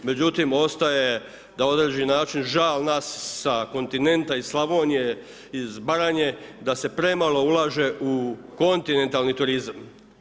Međutim, ostaje na određeni način žal nas sa kontinenta i Slavonije, iz Baranje da se premalo ulaže u kontinentalni turizam.